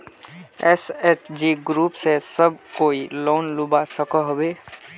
SHG group से सब कोई लोन लुबा सकोहो होबे?